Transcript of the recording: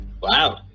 Wow